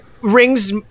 rings